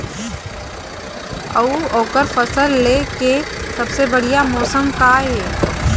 अऊ ओकर फसल लेय के सबसे बढ़िया मौसम का ये?